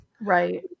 right